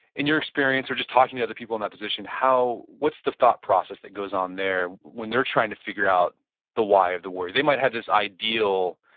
in your experience or just talking to other people in that position, what's the thought process that goes on there, when they're trying to figure out the why of the warrior? they might have this ideal,